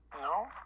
No